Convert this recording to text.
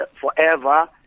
forever